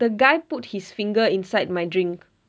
the guy put his finger inside my drink